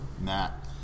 Matt